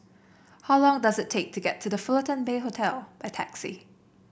how long does it take to get to The Fullerton Bay Hotel by taxi